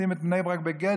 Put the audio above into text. לשים את בני ברק בגטו,